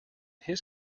his